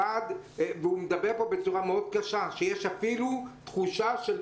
הוא מדבר פה בצורה מאוד קשה שיש אפילו תחושה שיש